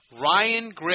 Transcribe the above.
Ryan